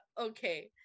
okay